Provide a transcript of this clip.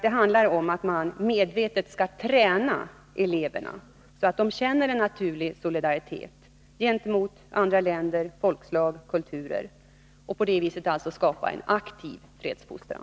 Det handlar om att medvetet träna eleverna så att de känner en naturlig solidaritet gentemot andra länder, folkslag och kulturer och på det viset skapa en aktiv fredsfostran.